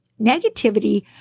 Negativity